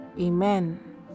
amen